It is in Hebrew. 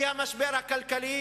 המשבר הכלכלי